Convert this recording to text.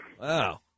Wow